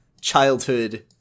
childhood